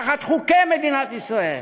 תחת חוקי מדינת ישראל.